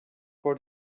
for